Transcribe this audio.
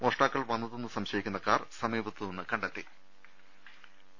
മോഷ്ടാക്കൾ വന്നതെന്ന് സംശയിക്കുന്ന കാർ സമീപത്തുനിന്ന് കണ്ടെത്തിയിട്ടുണ്ട്